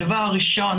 הדבר הראשון,